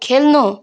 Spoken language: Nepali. खेल्नु